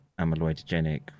amyloidogenic